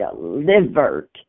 delivered